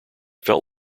felt